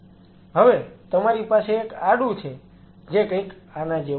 હવે તમારી પાસે એક આડુ છે જે કંઈક આના જેવું છે